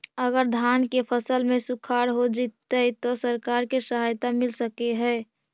अगर धान के फ़सल में सुखाड़ होजितै त सरकार से सहायता मिल सके हे?